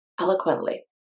eloquently